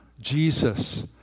Jesus